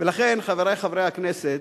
ולכן, חברי חברי הכנסת,